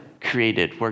created